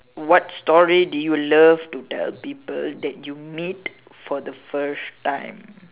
what story do you love to tell people that you meet for the first time